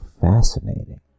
Fascinating